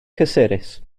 cysurus